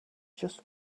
just